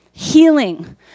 Healing